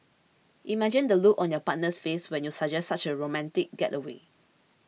imagine the look on your partner's face when you suggest such a romantic getaway